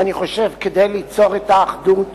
ואני חושב שכדי ליצור את האחדות